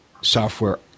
software